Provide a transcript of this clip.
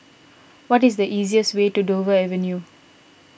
what is the easiest way to Dover Avenue